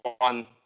one